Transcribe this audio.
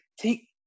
take